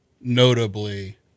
notably